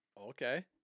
Okay